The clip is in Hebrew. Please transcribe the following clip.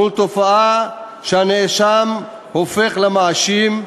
מול תופעה שהנאשם הופך למאשים,